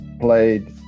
played